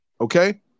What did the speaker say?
Okay